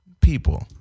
people